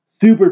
super